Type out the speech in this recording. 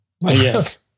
Yes